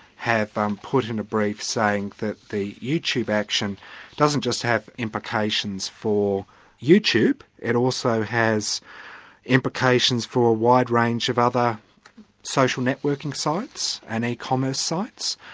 have um put in a brief saying that the youtube action doesn't just have implications for youtube, it also has implications for a wide range of other social networking sites, and e-commerce sites,